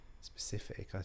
specific